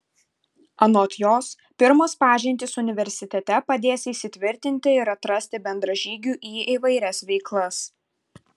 anot jos pirmos pažintys universitete padės įsitvirtinti ir atrasti bendražygių į įvairias veiklas